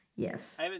Yes